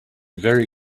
very